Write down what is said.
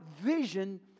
vision